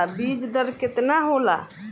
बीज दर केतना होला?